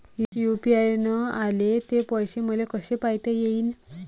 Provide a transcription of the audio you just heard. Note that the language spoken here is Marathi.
यू.पी.आय न आले ते पैसे मले कसे पायता येईन?